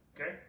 Okay